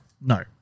No